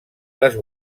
les